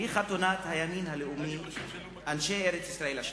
היא חתונת הימין הלאומי, אנשי ארץ-ישראל השלמה.